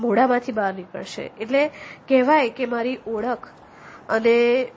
મોઢામાંથી બહાર નીકળશે એટલે કહેવાય કે મારી ઓળખ અને